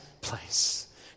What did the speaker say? place